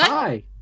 Hi